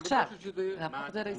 אני רוצה להפוך את זה להסתייגות.